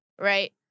Right